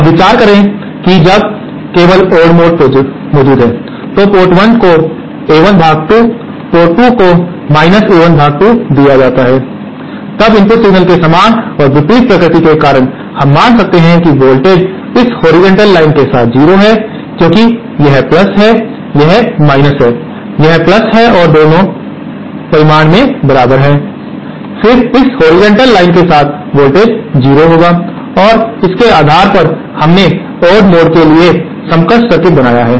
अब विचार करें कि जब केवल ओड मोड मौजूद होता है तो पोर्ट 1 को A1 भाग 2 और पोर्ट 2 को A1 भाग 2 दिया जाता है तब इनपुट सिग्नल्स के समान और विपरीत प्रकृति के कारण हम मान सकते हैं कि वोल्टेज इस हॉरिजॉन्टल लाइन के साथ 0 है क्योंकि यह है यह है यह है और दोनों परिमाण में बराबर हैं फिर इस हॉरिजॉन्टल लाइन के साथ वोल्टेज 0 होगा और इसके आधार पर हमने ओड मोड के लिए इस समकक्ष सर्किट बनाया है